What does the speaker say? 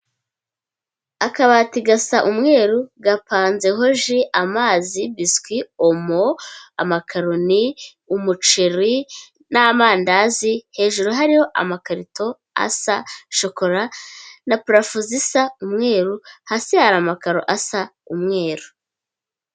Akabati gasa umweru, gapanzeho:ji, amazi, biswi, omo, amakaroni, umuceri n'amandazi .Hejuru hariho amakarito asa shokora, na purafo zisa umweru, hasi hari amakaro asa umweru.